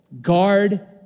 Guard